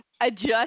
adjust